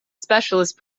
specialist